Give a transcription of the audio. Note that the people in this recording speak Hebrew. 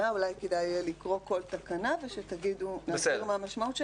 אולי כדאי לקרוא כל תקנה בהצבעה ולסביר מה המשמעות שלה.